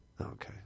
Okay